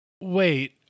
Wait